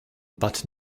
but